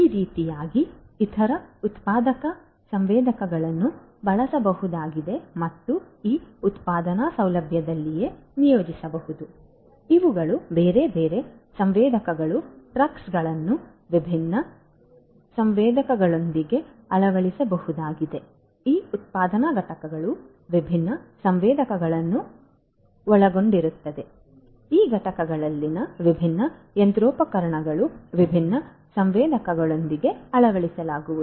ಈ ರೀತಿಯಾಗಿ ಇತರ ಉತ್ಪಾದಕ ಸಂವೇದಕಗಳನ್ನು ಬಳಸಬಹುದಾಗಿದೆ ಮತ್ತು ಈ ಉತ್ಪಾದನಾ ಸೌಲಭ್ಯದಲ್ಲಿಯೇ ನಿಯೋಜಿಸಬಹುದು ಇವುಗಳು ಬೇರೆ ಬೇರೆ ಸಂವೇದಕಗಳು ಟ್ರಕ್ಗಳನ್ನು ವಿಭಿನ್ನ ಸಂವೇದಕಗಳೊಂದಿಗೆ ಅಳವಡಿಸಬಹುದಾಗಿದೆ ಈ ಉತ್ಪಾದನಾ ಘಟಕಗಳು ವಿಭಿನ್ನ ಸಂವೇದಕಗಳನ್ನು ಒಳಗೊಂಡಿರುತ್ತವೆ ಈ ಘಟಕಗಳಲ್ಲಿನ ವಿಭಿನ್ನ ಯಂತ್ರೋಪಕರಣಗಳು ವಿಭಿನ್ನ ಸಂವೇದಕಗಳೊಂದಿಗೆ ಅಳವಡಿಸಲಾಗುವುದು